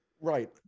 Right